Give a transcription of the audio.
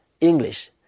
English